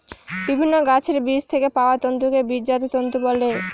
বিভিন্ন গাছের বীজ থেকে পাওয়া তন্তুকে বীজজাত তন্তু বলে